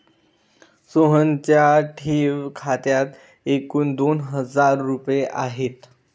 सोहनच्या ठेव खात्यात एकूण दोन हजार रुपये आहेत